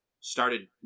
started